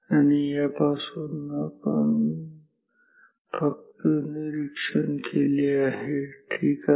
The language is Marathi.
आणि या पासून आपण फक्त निरीक्षण केले आहे ठीक आहे